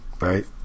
right